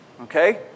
Okay